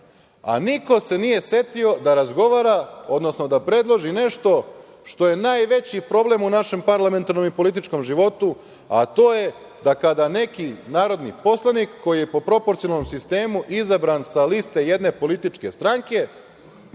a niko se nije setio da razgovara, odnosno da predloži nešto što je najveći problem u našem parlamentarnom i političkom životu, a to je da kada neki narodni poslanik koji je po proporcijalnom sistemu izabran sa liste jedne političke stranke,